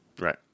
Right